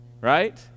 right